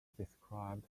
described